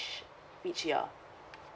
year